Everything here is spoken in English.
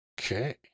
okay